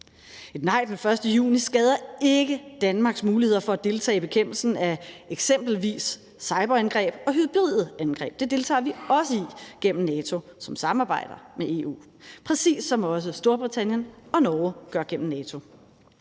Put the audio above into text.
Et nej den 1. juni skader ikke Danmarks muligheder for at deltage i bekæmpelsen af eksempelvis cyberangreb og hybride angreb. Det deltager vi også i gennem NATO, som samarbejder med EU, præcis som også Storbritannien og Norge gør gennem NATO.